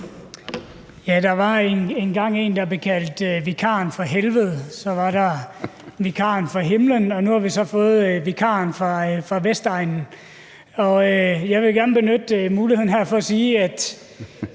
Der var engang en, der blev kaldt vikaren fra helvede, så var der vikaren fra himlen, og nu har vi så fået vikaren fra Vestegnen. Jeg vil gerne benytte muligheden her til at sige, at